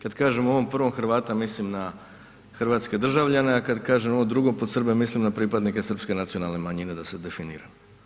Kad kažem u ovom prvom Hrvata mislim na hrvatske državljane, a kad kažem ovo drugo pod Srbe mislim na pripadnike srpske nacionalne manjine da se definira.